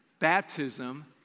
Baptism